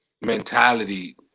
mentality